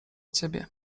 ciebie